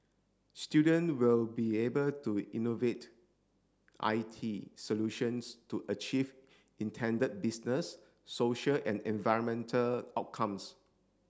student will be able to innovate I T solutions to achieve intended business social and environmental outcomes